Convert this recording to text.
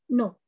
no